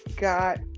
got